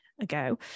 ago